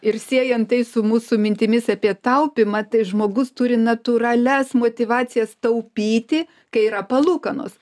ir siejant tai su mūsų mintimis apie taupymą tai žmogus turi natūralias motyvacijas taupyti kai yra palūkanos